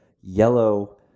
yellow